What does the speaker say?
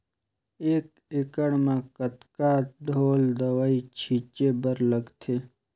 एक एकड़ म कतका ढोल दवई छीचे बर लगथे?